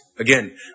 Again